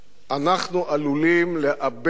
אנחנו עלולים לאבד